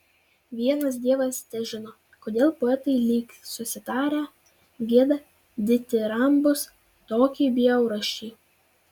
vienas dievas težino kodėl poetai lyg susitarę gieda ditirambus tokiai bjaurasčiai